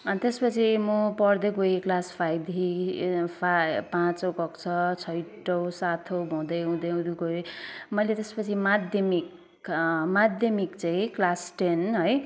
अनि त्यसपछि म पढ्दै गएँ क्लास फाइभदेखि पाचौँ कक्षा छैटौँ सातौँ हुँदै हुँदै हुँदै गएँ मैले त्यसपछि माद्यमिक माद्यमिक चाहिँ क्लास टेन है